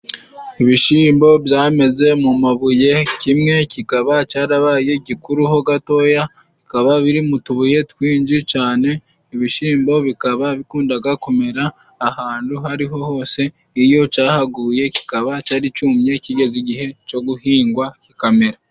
Ibishimbo byameze mu mabuye kimwe kikaba carabaye gikuru ho gatoya, bikaba biri mu tubuye twinshi cane, ibishimbo bikaba bikundaga kumera ahantu aho ari ho hose, iyo cahaguye kikaba cari cumye kigeze igihe co guhingwa kikamera.